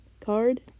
card